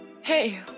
Hey